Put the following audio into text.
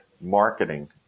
marketing